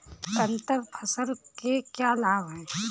अंतर फसल के क्या लाभ हैं?